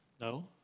No